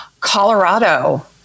Colorado